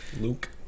Luke